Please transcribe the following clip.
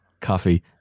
Coffee